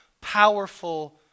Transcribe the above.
powerful